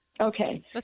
Okay